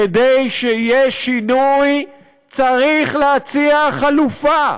כדי שיהיה שינוי צריך להציע חלופה,